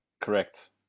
correct